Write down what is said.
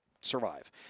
survive